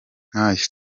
nk’aya